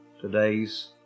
today's